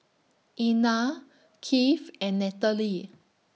Einar Keith and Nataly